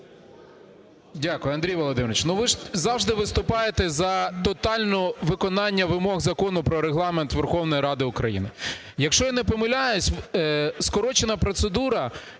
Дякую. Андрій Володимирович,